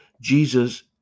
Jesus